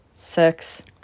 Six